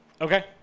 Okay